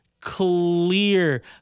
clear